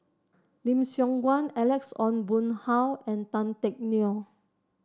Lim Siong Guan Alex Ong Boon Hau and Tan Teck Neo